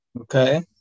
Okay